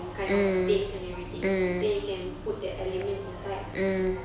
own kind of taste and everything then you can put the element inside